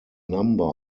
number